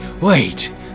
wait